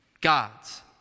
gods